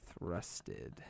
Thrusted